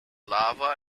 larva